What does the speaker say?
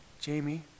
Jamie